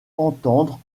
entendre